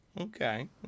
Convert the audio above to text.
Okay